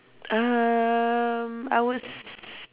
um I would s~